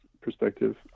perspective